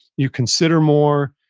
you consider more,